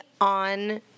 on